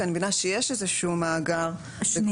כי אני מבינה שיש איזה שהוא מאגר ב-gov.il